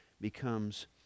becomes